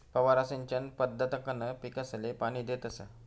फवारा सिंचन पद्धतकंन पीकसले पाणी देतस